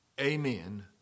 amen